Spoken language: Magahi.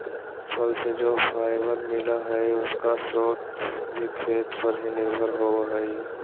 फल से जो फाइबर मिला हई, उसका स्रोत भी खेत पर ही निर्भर होवे हई